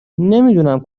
نمیدونم